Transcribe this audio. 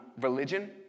religion